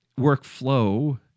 workflow